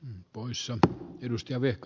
m poissa edusti avec